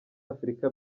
afurika